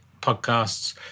podcasts